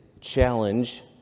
challenge